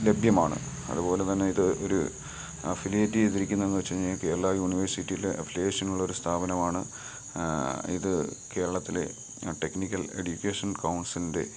ലഭ്യമാണ് അതുപോലെ തന്നെ ഇത് ഒരു അഫിലിയേറ്റ് ചെയ്തിരിക്കുന്നേന്ന് വെച്ച് കഴിഞ്ഞാ കേരള യൂണിവേഴ്സിറ്റിയിലെ അഫിലിയേഷൻന്നുള്ളൊരു സ്ഥാപനമാണ് ഇത് കേരളത്തിലെ ടെക്നിക്കൽ എഡ്യൂക്കേഷൻ കൗൺസിലിൻ്റെ